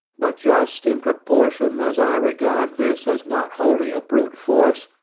but just in proportion as i regard this as not wholly a brute force,